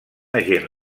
agent